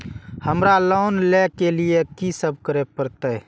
हमरा लोन ले के लिए की सब करे परते?